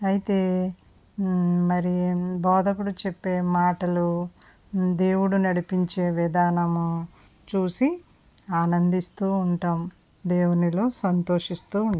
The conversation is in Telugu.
అయితే మరి బోధకుడు చెప్పే మాటలు దేవుడు నడిపించే విధానము చూసి ఆనందిస్తూ ఉంటాము దేవునిలో సంతోషిస్తు ఉంటాము